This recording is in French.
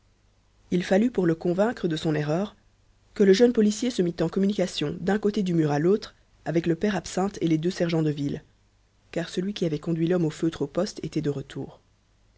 il fallut pour le convaincre de son erreur que le jeune policier se mît en communication d'un côté du mur à l'autre avec le père absinthe et les deux sergents de ville car celui qui avait conduit l'homme au feutre au poste était de retour